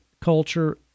culture